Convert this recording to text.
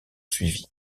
suivi